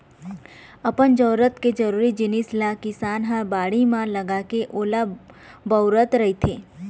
अपन जरूरत के जरुरी जिनिस ल किसान ह बाड़ी म लगाके ओला बउरत रहिथे